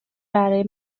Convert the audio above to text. برای